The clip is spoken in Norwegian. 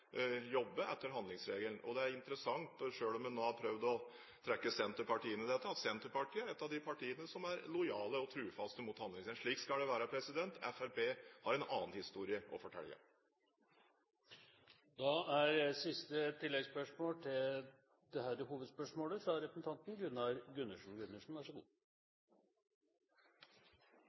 etter handlingsregelen. Det er interessant, selv om en nå har prøvd å trekke Senterpartiet inn i dette, at Senterpartiet er et av de partiene som er lojal og trofast mot handlingsregelen. Slik skal det være. Fremskrittspartiet har en annen historie å fortelle. Gunnar Gundersen – til oppfølgingsspørsmål. Det kan jo være grunn til å minne statsråden om hva han faktisk sa i den artikkelen, og det var, så